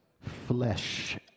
flesh